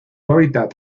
hábitat